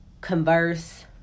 converse